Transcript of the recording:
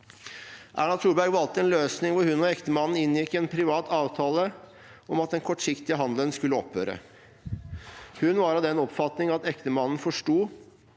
Erna Solberg valgte en løsning hvor hun og ektemannen inngikk en privat avtale om at den kortsiktige handelen skulle opphøre. Hun var av den oppfatning at ektemannen forsto